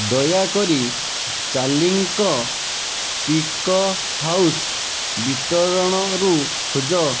ଦୟାକରି ଚାର୍ଲିଙ୍କ stick house ବିତରଣରୁ ଖୋଜ